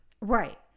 right